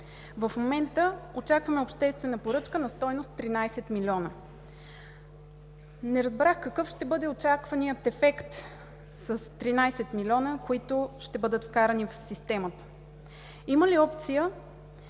В момента очакваме обществена поръчка на стойност 13 милиона. Не разбрах, какъв ще бъде очакваният ефект с 13 милиона, които ще бъдат вкарани в системата? Има ли опция